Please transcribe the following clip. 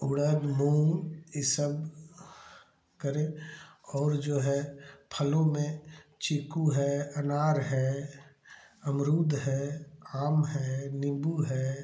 उड़द मूँग ये सब करें और जो है फलों में चीकू है अनार है अमरूद है आम है नींबू है